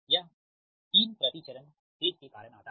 यह 3 प्रति चरण के कारण आता है